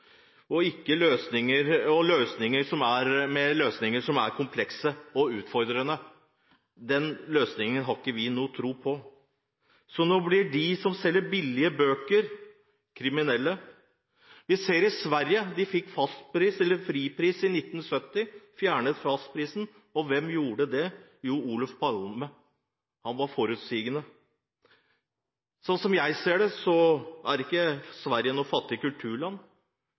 og med løsninger som er komplekse og utfordrende. En slik løsning har vi ikke noen tro på. Nå blir de som selger billige bøker, kriminelle. Sverige fikk fripris i 1970. De fjernet fastprisen. Hvem gjorde det? Jo, det gjorde Olof Palme. Han var forutseende. Slik jeg ser det, er ikke Sverige noe fattig kulturland,